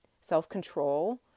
self-control